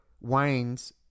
wines